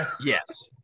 yes